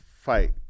fight